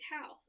house